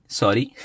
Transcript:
sorry